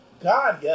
God